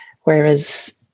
whereas